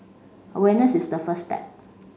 awareness is the first step